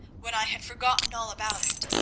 when i had forgotten all about it,